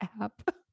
app